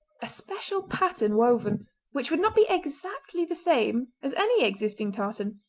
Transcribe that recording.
a special pattern woven which would not be exactly the same as any existing tartan,